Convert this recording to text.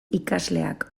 ikasleak